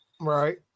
right